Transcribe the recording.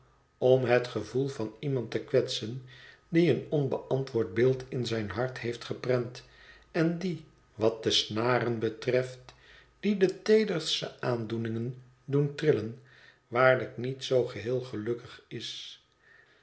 om het gevoel van iemand te kwetsen die een onbeantwoord beeld in zijn hart heeft geprent en die wat de snaren betreft die de teederste aandoeningen doen trillen waarlijk niet zoo geheel gelukkig is